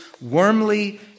warmly